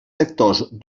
sectors